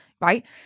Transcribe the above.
right